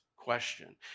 question